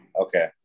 Okay